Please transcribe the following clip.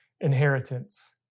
inheritance